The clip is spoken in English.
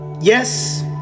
Yes